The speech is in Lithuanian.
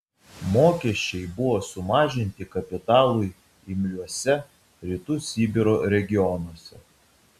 mokesčiai buvo sumažinti kapitalui imliuose rytų sibiro regionuose